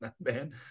man